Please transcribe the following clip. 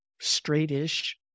straight-ish